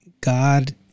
god